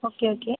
okay okay